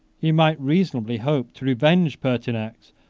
he might reasonably hope to revenge pertinax,